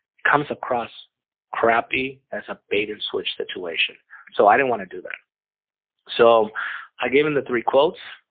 comes across crappy as a bait-and-switch situation so i didn't want to do that so i gave them the three quotes.